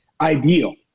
ideal